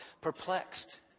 perplexed